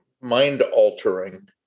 mind-altering